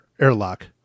airlock